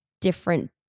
different